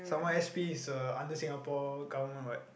some more s_p is uh under Singapore government what